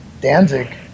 Danzig